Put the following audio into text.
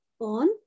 on